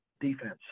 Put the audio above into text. defense